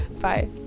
bye